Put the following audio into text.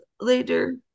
later